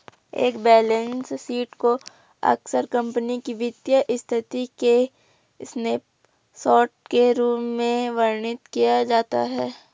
एक balance sheet को अक्सर कंपनी की वित्तीय स्थिति के स्नैपशॉट के रूप में वर्णित किया जाता है